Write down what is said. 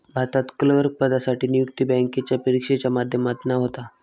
भारतात क्लर्क पदासाठी नियुक्ती बॅन्केच्या परिक्षेच्या माध्यमातना होता